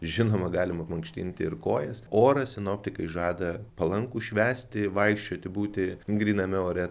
žinoma galima mankštinti ir kojas orą sinoptikai žada palankų švęsti vaikščioti būti gryname ore